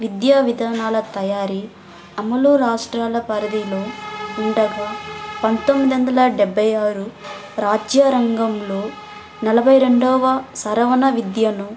విద్యా విధానాల తయారీ అమలు రాష్ట్రాల పరిధిలో ఉండగా పంతొమ్మిది వందల డెబ్భై ఆరు రాజ్య రంగంలో నలభై రెండవ సరవణ విద్యను